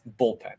bullpen